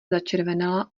začervenala